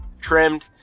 trimmed